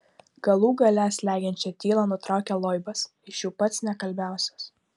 galų gale slegiančią tylą nutraukė loibas iš jų pats nekalbiausias